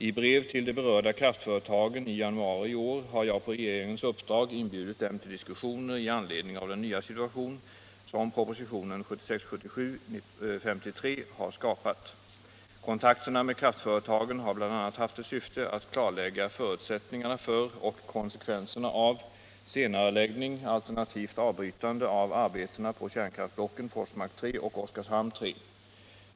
I brev till de berörda kraftföretagen i januari i år har jag på regeringens uppdrag inbjudit dem till diskussioner i anledning av den nya situation som propositionen 1976/77:53 har skapat. Kontakterna med kraftföretagen har bl.a. haft till syfte att klarlägga förutsättningarna för och konsekvenserna av senareläggning, alternativt avbrytande av arbetena på kärnkraftblocken Forsmark 3 och Oskarshamn 3.